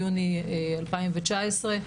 ביוני 2019,